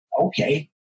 okay